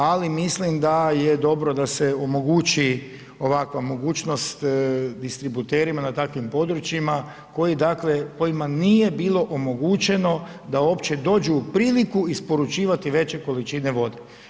Ali mislim da je dobro da se omogući ovakva mogućnost distributerima na takvim područjima koji dakle kojima nije bilo omogućeno da uopće dođu u priliku isporučivati veće količine vode.